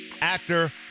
actor